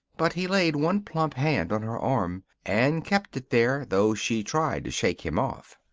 but he laid one plump hand on her arm and kept it there, though she tried to shake him off.